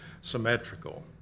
symmetrical